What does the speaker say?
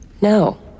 No